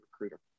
recruiter